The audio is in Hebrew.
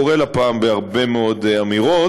זה קורה לה פעם בהרבה מאוד אמירות,